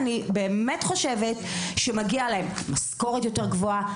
אני באמת חושבת שמגיעה להם משכורת יותר גבוהה,